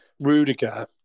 Rudiger